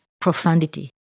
profundity